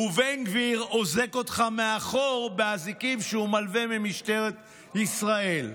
ובן גביר אוזק אותך מאחור באזיקים שהוא לווה ממשטרת ישראל.